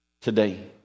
today